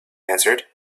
answered